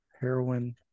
heroin